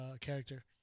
character